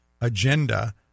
agenda